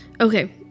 Okay